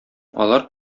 алар